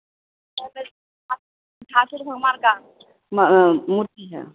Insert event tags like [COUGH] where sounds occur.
[UNINTELLIGIBLE] म मूँछ है